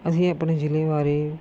ਅਸੀਂ ਆਪਣੇ ਜ਼ਿਲ੍ਹੇ ਬਾਰੇ